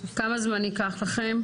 כמה זמן ייקח לכם?